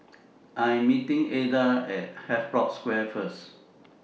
I Am meeting Adda At Havelock Square First